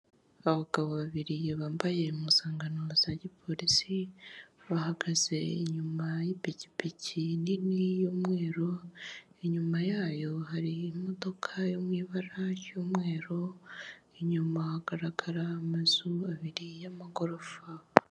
Abagabo babiri bambaye impuzankano za gipolisi, bahagaze inyuma y'ipikipiki nini y'umweru, inyuma yayo hari imodoka yo mu ibara ry'umweru, inyuma hagaragara amazu abiri y'amagorofa.